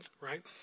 right